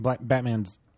Batman's